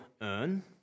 earn